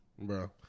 Bro